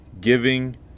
giving